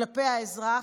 כלפי האזרח,